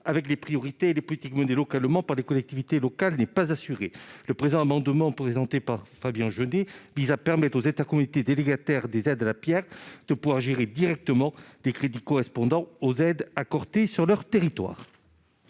avec les priorités des politiques menées localement par les collectivités n'est pas assuré. Le présent amendement, porté par Fabien Genet, vise à permettre aux intercommunalités délégataires des aides à la pierre de pouvoir gérer directement les crédits correspondant aux aides accordées sur leur territoire.